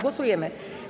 Głosujemy.